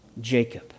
Jacob